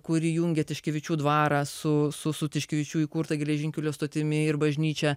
kuri jungia tiškevičių dvarą su tiškevičių įkurtą geležinkelio stotimi ir bažnyčią